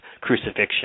Crucifixion